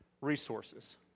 resources